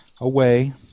away